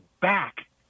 back